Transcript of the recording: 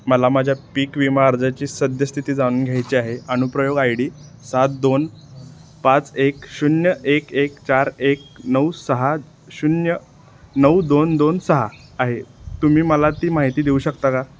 मला माझ्या पीक विमा अर्जाची सद्यस्थिती जाणून घ्यायची आहे अनुप्रयोग आय डी सात दोन पाच एक शून्य एक एक चार एक नऊ सहा शून्य नऊ दोन दोन सहा आहे तुम्ही मला ती माहिती देऊ शकता का